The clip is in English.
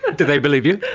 did they believe you?